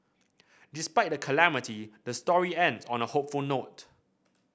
despite the calamity the story ends on a hopeful note